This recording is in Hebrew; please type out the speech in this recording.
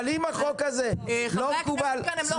אבל אם החוק הזה לא מקובל --- חברי הכנסת כאן הם לא חותמת גומי.